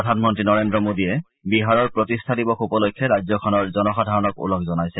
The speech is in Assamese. প্ৰধানমন্ত্ৰী নৰেন্দ্ৰ মোদীয়ে বিহাৰৰ প্ৰতিষ্ঠা দিৱস উপলক্ষে ৰাজ্যখনৰ জনসাধাৰণক ওলগ জনাইছে